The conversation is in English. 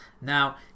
Now